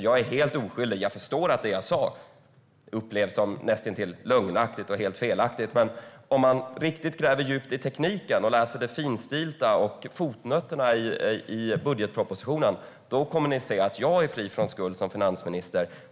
Man är helt oskyldig, och man förstår att det man sa upplevs som näst intill lögnaktigt och helt felaktigt, men de som gräver riktigt djupt i tekniken och läser det finstilta och fotnoterna i budgetpropositionen kommer att se att finansministern är fri från skuld.